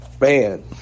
man